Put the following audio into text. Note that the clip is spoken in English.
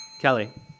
Kelly